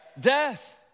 Death